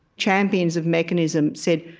champions of mechanism said,